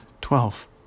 twelve